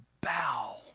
bow